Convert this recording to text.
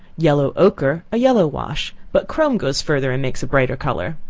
yellow ochre, a yellow wash, but chrome goes further and makes a brighter color.